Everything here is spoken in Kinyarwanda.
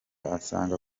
asanga